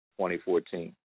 2014